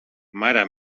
mare